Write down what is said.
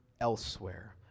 elsewhere